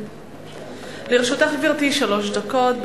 לרשותך, גברתי, שלוש דקות.